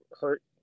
hurt